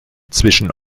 zwischen